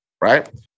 right